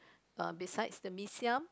err besides the Mee-Siam